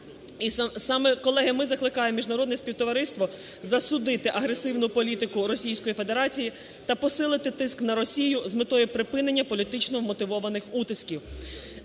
І саме, колеги, ми закликаємо міжнародне співтовариство засудити агресивну політику Російської Федерації та посилити тиск на Росію з метою припинення політично вмотивованих утисків.